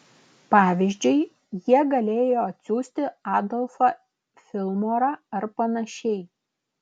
pavyzdžiui jie galėjo atsiųsti adolfą filmorą ar panašiai